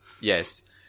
yes